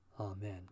Amen